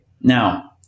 now